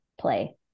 play